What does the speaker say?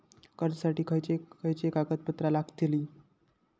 कर्जासाठी खयचे खयचे कागदपत्रा लागतली?